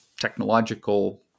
technological